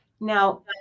Now